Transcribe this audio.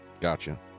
Gotcha